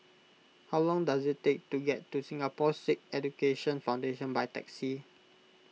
how long does it take to get to Singapore Sikh Education Foundation by taxi